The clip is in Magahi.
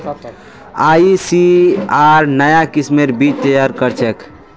आईसीएआर नाया किस्मेर बीज तैयार करछेक